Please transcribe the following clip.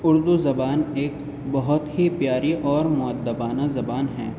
اردو زبان ایک بہت ہی پیاری اور مؤدبانہ زبان ہے